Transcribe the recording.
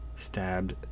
stabbed